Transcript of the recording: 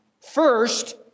First